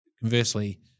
conversely